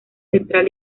central